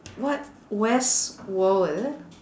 what westworld is it